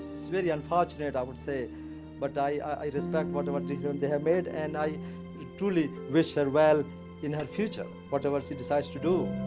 it's very unfortunate i would say but i respect whatever decision they have made and i truly wish her well in her future whatever she decides to do.